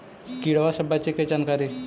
किड़बा से बचे के जानकारी?